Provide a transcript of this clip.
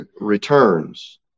returns